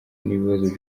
n’ibibazo